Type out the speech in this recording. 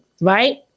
right